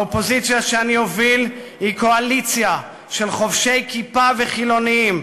האופוזיציה שאני אוביל היא קואליציה של חובשי כיפה וחילונים,